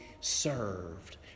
served